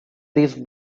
these